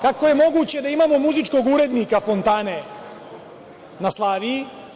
Kako je moguće da imamo muzičkog urednika fontane na Slaviji?